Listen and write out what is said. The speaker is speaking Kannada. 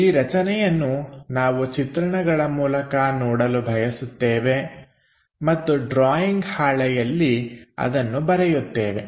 ಈ ರಚನೆಯನ್ನು ನಾವು ಚಿತ್ರಣಗಳ ಮೂಲಕ ನೋಡಲು ಬಯಸುತ್ತೇವೆ ಮತ್ತು ಡ್ರಾಯಿಂಗ್ ಹಾಳೆಯಲ್ಲಿ ಅದನ್ನು ಬರೆಯುತ್ತೇವೆ